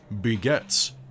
begets